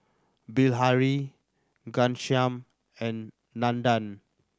Bilahari Ghanshyam and Nandan